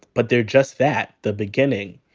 but they're just that the beginning.